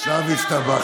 אל תגיד "לא גבר"